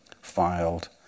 filed